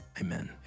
Amen